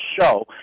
show